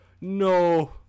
no